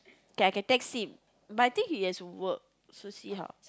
K I can text him but I think he has work so see how